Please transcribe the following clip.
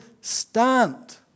stand